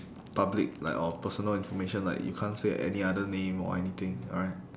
public like or personal information like you can't say any other name or anything alright